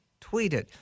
tweeted